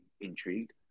intrigued